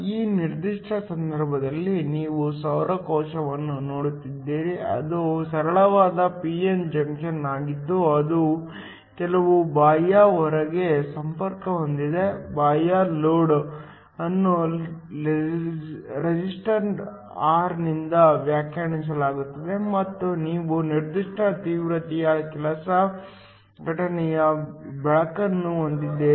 ಈ ನಿರ್ದಿಷ್ಟ ಸಂದರ್ಭದಲ್ಲಿ ನೀವು ಸೌರ ಕೋಶವನ್ನು ನೋಡುತ್ತಿದ್ದೀರಿ ಅದು ಸರಳವಾದ p n ಜಂಕ್ಷನ್ ಆಗಿದ್ದು ಅದು ಕೆಲವು ಬಾಹ್ಯ ಹೊರೆಗೆ ಸಂಪರ್ಕ ಹೊಂದಿದೆ ಬಾಹ್ಯ ಲೋಡ್ ಅನ್ನು ರೆಸಿಸ್ಟರ್ r ನಿಂದ ವ್ಯಾಖ್ಯಾನಿಸಲಾಗುತ್ತದೆ ಮತ್ತು ನೀವು ನಿರ್ದಿಷ್ಟ ತೀವ್ರತೆಯ ಕೆಲವು ಘಟನೆಯ ಬೆಳಕನ್ನು ಹೊಂದಿದ್ದೀರಿ